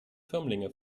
firmlinge